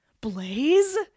Blaze